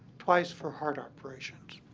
twice for heart operations.